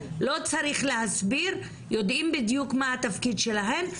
לא צריך להסביר, יודעים בדיוק מה התפקיד שלהן.